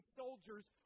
soldiers